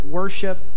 worship